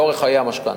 לאורך חיי המשכנתה.